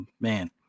man